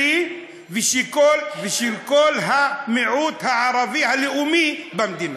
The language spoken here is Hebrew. ושל כל המיעוט הערבי הלאומי במדינה.